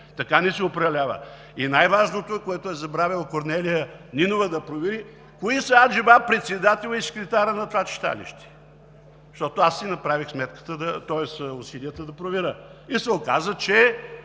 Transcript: Така не се управлява. Най-важното, което е забравила Корнелия Нинова, е да провери кои са аджеба председателят и секретарят на това читалище. Защото аз си направих усилията да проверя. Оказа се,